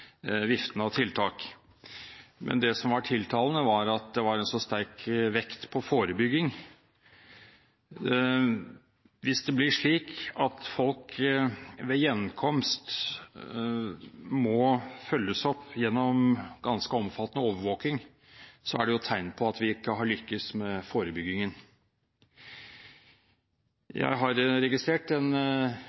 viften av tiltak. Men det som var tiltalende, var at det var en så sterk vekt på forebygging. Hvis det blir slik at folk ved gjenkomst må følges opp gjennom ganske omfattende overvåking, er det et tegn på at vi ikke har lyktes med forebyggingen. Jeg har registrert en